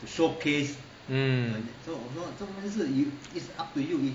mm